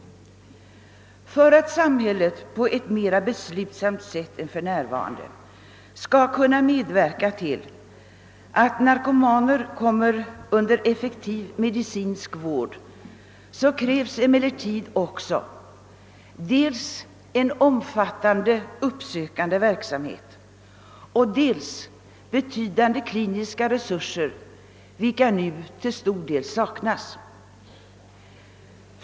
För att samhället på ett mera beslutsamt sätt än för närvarande skall kunna medverka till att narkomaner kommer under effektiv medicinsk vård krävs emellertid också dels en omfattande uppsökande verksamhet, dels betydande kliniska resurser, vilka nu till stor del saknas.